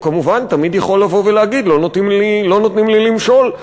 הוא כמובן תמיד יכול לבוא ולהגיד: לא נותנים לי למשול,